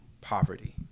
poverty